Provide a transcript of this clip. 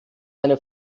eine